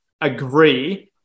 agree